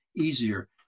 easier